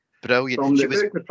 Brilliant